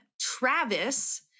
Travis